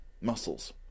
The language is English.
muscles